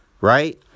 right